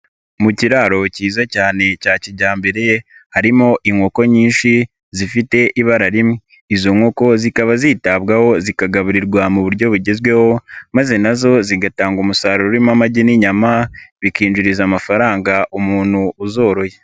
Mu kiraro kiza cyane cya kijyambere, harimo inkoko nyinshi zifite ibara rimwe, izo nkoko zikaba zitabwaho zikagaburirwa mu buryo bugezweho, maze na zo zigatanga umusaruro urimo amagi n'inyama, bikinjiriza amafaranga umuntu uzoroye.